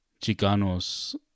Chicanos